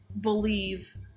believe